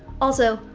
also,